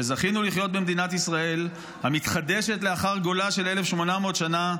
שזכינו לחיות במדינת ישראל המתחדשת לאחר גולה של 1,800 שנה,